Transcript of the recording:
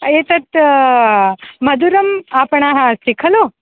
एतत् मधुरम् आपणः अस्ति खलु